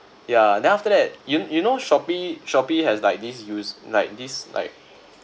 ya then after that you you know Shopee Shopee has like this use like this like